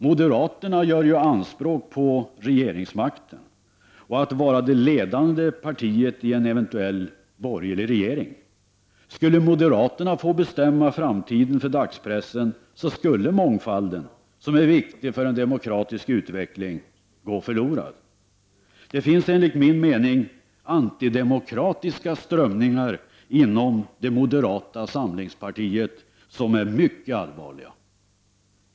Moderaterna gör ju anspråk på regeringsmakten och att vara det ledande partiet i en eventuell borgerlig regering. Skulle moderaterna få bestämma framtiden för dagspressen så skulle mångfalden, som är så viktig för en demokratisk utveckling, gå förlorad. Det finns, enligt min mening, antidemokratiska strömningar inom det moderata samlingspartiet som är mycket allvarliga.